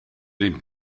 den